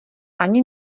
ani